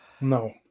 No